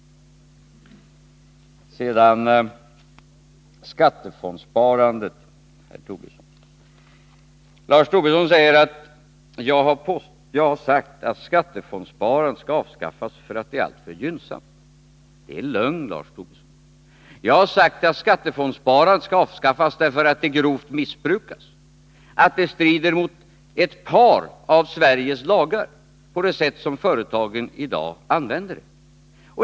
Sedan några ord om skattefondssparandet, herr Tobisson. Lars Tobisson hävdar att jag har sagt att skattefondssparandet skall avskaffas därför att det är alltför gynnsamt. Det är lögn, Lars Tobisson. Jag har sagt att skattefondssparandet skall avskaffas därför att det grovt missbrukas, därför att det strider mot ett par av Sveriges lagar, när det används på det sätt som företagen i dag gör.